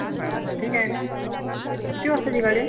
बरं मग ठीक आहे ना किती वाजताची गाडी आहे